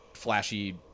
flashy